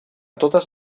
totes